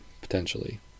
potentially